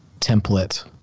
template